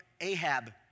Ahab